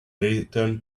return